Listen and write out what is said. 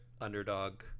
underdog